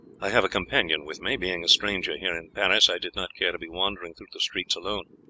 i have a companion with me being a stranger here in paris, i did not care to be wandering through the streets alone.